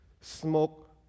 smoke